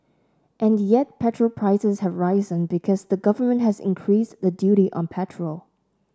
and yet petrol prices have risen because the Government has increased the duty on petrol